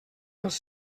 els